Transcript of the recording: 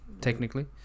technically